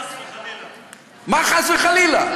חס וחלילה.